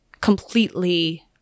completely